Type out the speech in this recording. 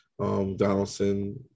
Donaldson